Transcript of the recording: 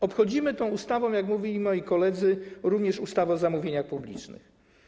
Obchodzimy tą ustawą, jak mówili moi koledzy, również ustawę o zamówieniach publicznych.